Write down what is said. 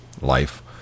life